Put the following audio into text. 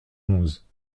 onze